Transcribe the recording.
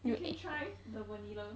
you can try the vanilla